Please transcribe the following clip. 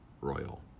Royal